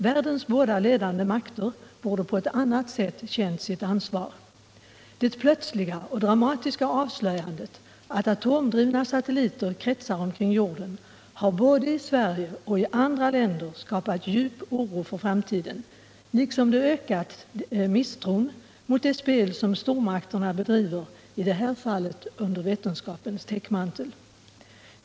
Världens båda ledande makter borde på ett annat sätt ha känt sitt ansvar. Det plötsliga och dramatiska avslöjandet att atomdrivna satelliter kretsar kring jorden har såväl i Sverige som i andra länder skapat djup oro för framtiden liksom det ökat misstron mot det spel som stormakterna bedriver — i det här fallet under vetenskapens täckmantel.